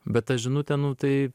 bet ta žinutė nu tai